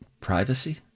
Privacy